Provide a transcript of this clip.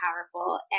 powerful